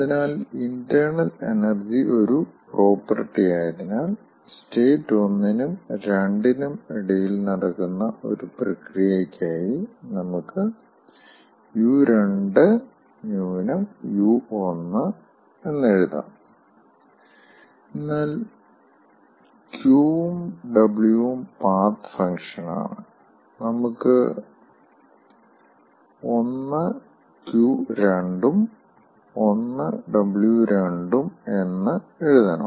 അതിനാൽ internal energy ഒരു property ആയതിനാൽ സ്റ്റേറ്റ് 1 നും 2 നും ഇടയിൽ നടക്കുന്ന ഒരു പ്രക്രിയയ്ക്കായി നമുക്ക് എഴുതാം എന്നാൽ Q ഉം W ഉം പാത്ത് ഫംഗ്ഷനാണ് നമുക്ക് 1Q 2 ഉം 1W2 ഉം എന്ന് എഴുതണം